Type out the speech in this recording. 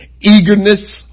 Eagerness